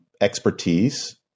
expertise